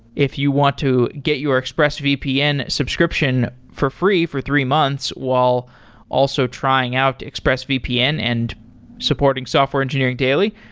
if you want to get your expressvpn subscription for free for three months while also trying out expressvpn and supporting software engineering daily,